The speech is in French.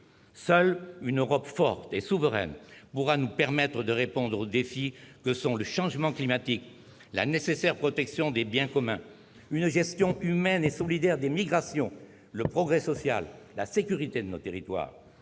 Seule une Europe forte et souveraine pourra nous permettre de répondre aux défis que sont le changement climatique, la nécessaire protection des biens communs, une gestion humaine et solidaire des migrations, le progrès social, la sécurité de nos territoires.